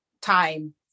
time